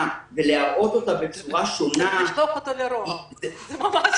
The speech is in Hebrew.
ולהראות אותה בצורה שונה -- לשלוח אותו לראש הממשלה...